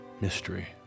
mystery